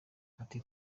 ati